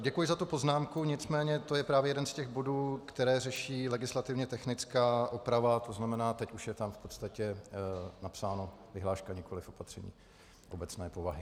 Děkuji za tu poznámku, nicméně to je právě jeden z těch bodů, které řeší legislativně technická oprava, tzn. teď už je tam v podstatě napsáno vyhláška, nikoliv opatření obecné povahy.